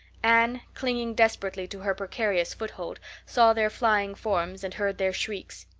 anne, clinging desperately to her precarious foothold, saw their flying forms and heard their shrieks.